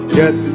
get